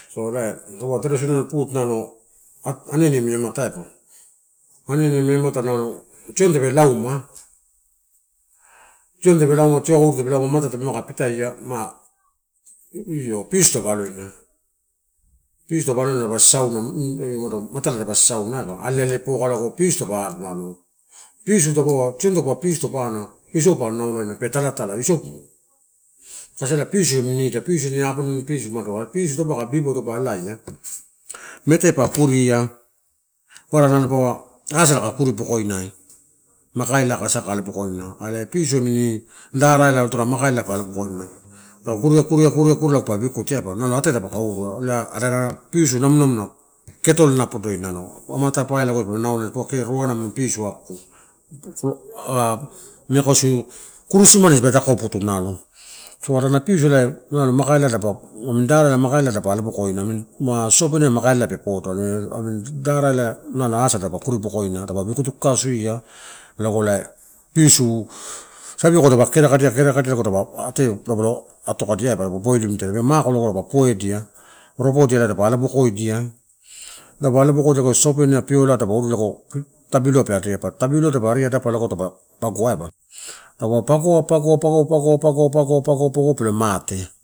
So, ela adana traditional food nalo aniani amini ama taipo. Aniani amata ela tioni tape lauma tio auru tape lauma amata tape kalama pitaia io. Pisu dapa aloina, pisu dapa aloina pisu tadapa aloina ma matalo dapa sasauina aiba, ale, ale bokailago pisu dapa alo. Pisu dapa, tioni taupa pisu taupe ana isou pa naulaina pe talatala kasi pisu amini nida. Pisun aponaida aikala. Are pisu before taupu kai kuri bokoina, maka ela aka sa kai alo bokoina, are pisu amini darai odorola maka ela pa alo bokoina. Tau kuria, kuria, kuria lago pa vikutia nalo ate dapaka irua ela adana pissu namu numu ketolola podoi nalo. Amata paibu dipoloua kee roroana adi pisu kee maika kukurisimani, dipa takoputu nalo, so adana pisu ela maka ela, adapa amini dara ela makulla dapa alo boko amini sosopeai makaila pe podo. Amini dara nalo mete asala dapa kuri bokoina dapa vikutu kakasuai lago ela pisu. Savioko dapa kerakadia, kerakadia lago ate, dapa lo ato kadia aiba boilimudia iba, tape mako lago dapa puedia ropodia dapa alobokdia. Lago dapa puedia ropodia dapa alobokodia, dapa alobokoidia, sosopene piolai dapa iru nalo lago tabiluai. Tabiluai tape ari adapa logo tadapa pagoa. Pagoa pagoa, pagoa, pagoa, pagoa, pelo mate.